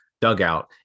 dugout